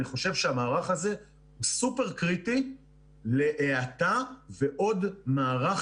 אני חושב שהמערך הזה הוא סופר קריטי להאטה ועוד מערך